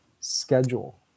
schedule